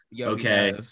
okay